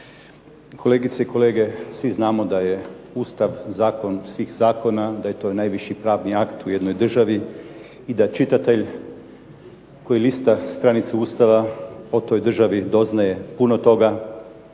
Kolegice i kolege svi znamo da je Ustav zakon svih zakona, da je to i najviši pravni akt u jednoj državi i da čitatelj koji lista stranice Ustava o toj državi doznaje puno toga.